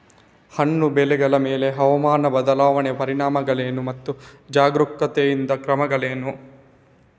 ಹಣ್ಣು ಬೆಳೆಗಳ ಮೇಲೆ ಹವಾಮಾನ ಬದಲಾವಣೆಯ ಪರಿಣಾಮಗಳೇನು ಮತ್ತು ಜಾಗರೂಕತೆಯಿಂದ ಕ್ರಮಗಳೇನು?